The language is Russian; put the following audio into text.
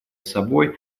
собой